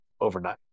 overnight